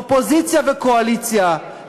אופוזיציה וקואליציה,